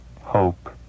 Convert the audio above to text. hope